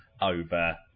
over